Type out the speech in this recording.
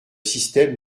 système